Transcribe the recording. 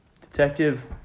Detective